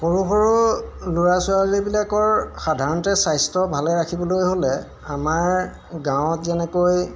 সৰু সৰু ল'ৰা ছোৱালীবিলাকৰ সাধাৰণতে স্বাস্থ্য ভালে ৰাখিবলৈ হ'লে আমাৰ গাঁৱত যেনেকৈ